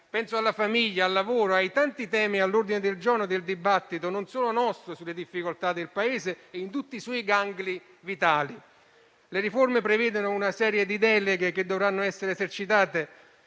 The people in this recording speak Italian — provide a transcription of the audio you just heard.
alla famiglia, al lavoro, ai tanti temi all'ordine del giorno del dibattito - non solo nostro - sulle difficoltà del Paese in tutti i suoi gangli vitali. Le riforme prevedono una serie di deleghe che dovranno essere esercitate;